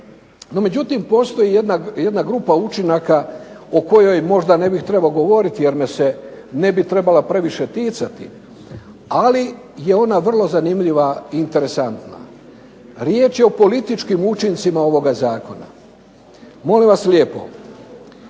međutim postoji jedna grupa učinaka o kojoj možda ne bih trebao govoriti jer me se ne bi trebala previše ticati ali je ona vrlo zanimljiva i interesantna. Riječ je o političkim učincima ovoga Zakona. Molim vas lijepo,